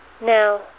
Now